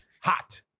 hot